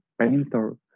painter